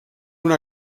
una